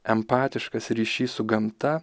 empatiškas ryšys su gamta